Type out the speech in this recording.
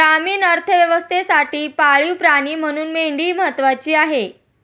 ग्रामीण अर्थव्यवस्थेसाठी पाळीव प्राणी म्हणून मेंढी महत्त्वाची आहे